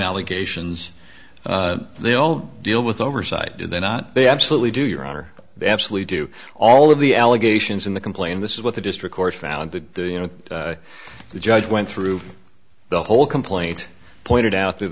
allegations they don't deal with oversight they're not they absolutely do your honor absolutely do all of the allegations in the complaint this is what the district court found the you know the judge went through the whole complaint pointed out